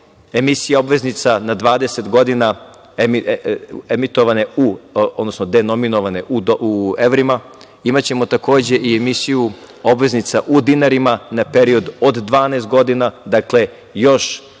emitovane u, odnosno denominovane u evrima, imaćemo takođe i emisiju obveznica u dinarima na period od 12 godina, dakle još